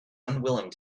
unwilling